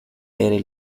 aire